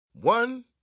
One